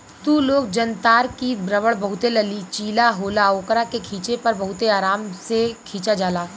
तू लोग जनतार की रबड़ बहुते लचीला होला ओकरा के खिचे पर बहुते आराम से खींचा जाला